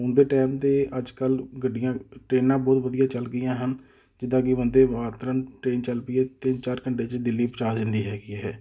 ਹੁਣ ਦੇ ਟਾਈਮ 'ਤੇ ਅੱਜ ਕੱਲ੍ਹ ਗੱਡੀਆਂ ਟ੍ਰੇਨਾਂ ਬਹੁਤ ਵਧੀਆ ਚੱਲ ਗਈਆਂ ਹਨ ਜਿੱਦਾਂ ਕਿ ਬੰਦੇ ਭਾਰਤ ਰਨ ਟ੍ਰੇਨ ਚੱਲ ਪਈ ਹੈ ਤਿੰਨ ਚਾਰ ਘੰਟੇ 'ਚ ਦਿੱਲੀ ਪਹੁੰਚਾ ਦਿੰਦੀ ਹੈਗੀ ਹੈ